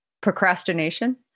procrastination